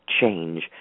change